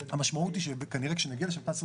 המשמעות היא שכנראה כשנגיע ל-30,